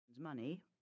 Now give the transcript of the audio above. money